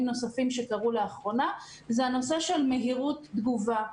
נוספים שקרו לאחרונה את נושא מהירות התגובה.